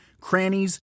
crannies